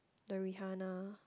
the Rihanna